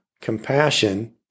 compassion